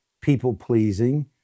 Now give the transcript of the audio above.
people-pleasing